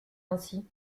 ainsi